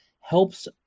helps